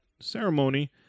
ceremony